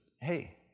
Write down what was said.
hey